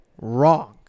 wrong